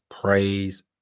praise